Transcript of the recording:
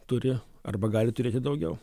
turi arba gali turėti daugiau